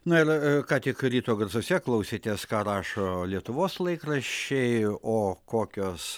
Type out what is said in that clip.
na ir ką tik ryto garsuose klausėtės ką rašo lietuvos laikraščiai o kokios